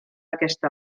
aquesta